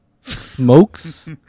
Smokes